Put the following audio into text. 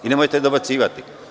Nemojte dobacivati.